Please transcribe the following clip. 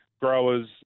growers